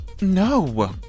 No